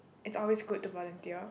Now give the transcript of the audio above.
it's always good to volunteer